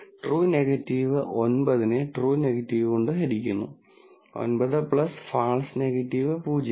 true negative 9 നെ true negative കൊണ്ട് ഹരിക്കുന്നു 9 ഫാൾസ് നെഗറ്റീവ് 0